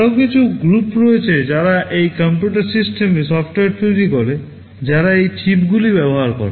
আরও কিছু গ্রুপ রয়েছে যারা সেই কম্পিউটার সিস্টেমে সফটওয়্যার তৈরি করে যারা এই চিপগুলি ব্যবহার করে